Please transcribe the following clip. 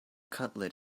cutlet